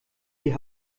die